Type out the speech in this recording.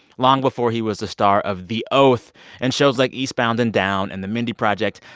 long before he was the star of the oath and shows like eastbound and down and the mindy project,